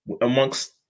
amongst